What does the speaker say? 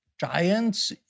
giants